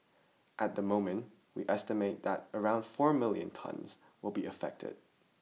at the moment we estimate that around four million tonnes will be affected